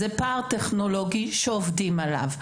זה פער טכנולוגי שעובדים עליו.